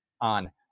on